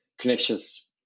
connections